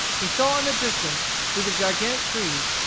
he saw in the distance, through the gigantic trees,